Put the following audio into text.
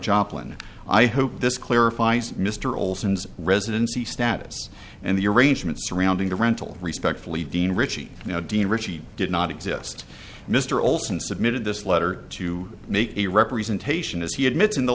joplin i hope this clear mr olson's residency status and the arrangements surrounding the rental respectfully dean richie dean ritchie did not exist mr olson submitted this letter to make a representation as he admit